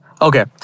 Okay